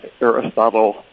Aristotle